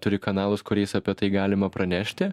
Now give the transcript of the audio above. turi kanalus kuriais apie tai galima pranešti